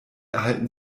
erhalten